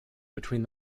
between